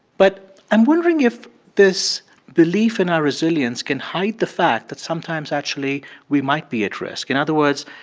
but i'm wondering if this belief in our resilience can hide the fact that sometimes actually we might be at risk. in other words,